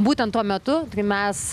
būtent tuo metu kai mes